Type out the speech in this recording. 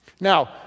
Now